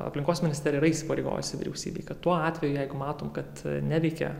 aplinkos ministerija yra įsipareigosi vyriausybei kad tuo atveju jeigu matome kad neveikia